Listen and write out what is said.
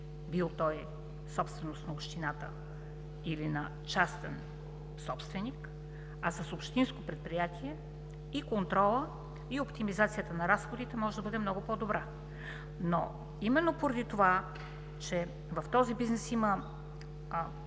бил той собственост на общината или на частен собственик, а с общинско предприятие, контролът и оптимизацията на разходите може да бъдат много по-добри. Поради това, че в този бизнес има